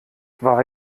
war